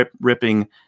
ripping